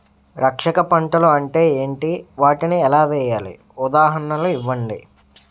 రక్షక పంటలు అంటే ఏంటి? వాటిని ఎలా వేయాలి? ఉదాహరణలు ఇవ్వండి?